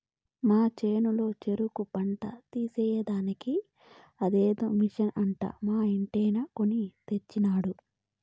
మా చేనులో చెరుకు పంట తీసేదానికి అదేదో మిషన్ అంట మా ఇంటాయన కొన్ని తెచ్చినాడు